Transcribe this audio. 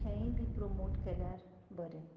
हेंय बी प्रोमोट केल्यार बरें